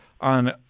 on